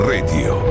Radio